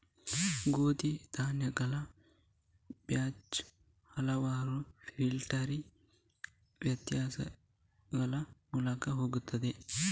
ಗೋಧಿ ಧಾನ್ಯಗಳ ಬ್ಯಾಚ್ ಹಲವಾರು ಫಿಲ್ಟರಿಂಗ್ ವ್ಯವಸ್ಥೆಗಳ ಮೂಲಕ ಹೋಗುತ್ತದೆ